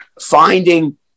finding